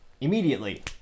immediately